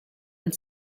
and